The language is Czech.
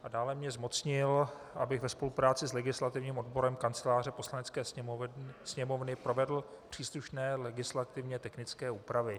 A dále mě zmocnil, abych ve spolupráci s legislativním odborem Kanceláře Poslanecké sněmovny provedl příslušné legislativně technické úpravy.